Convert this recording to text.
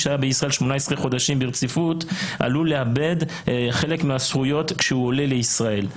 שהיה בישראל 18 חודשים ברציפות עלול לאבד חלק מהזכויות כשהוא עולה לישראל.